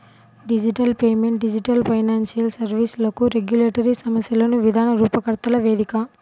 digital payment digital financial సర్వీస్లకు regulatory సమస్యలను విధాన రూపకర్తల వేదిక